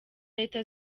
leta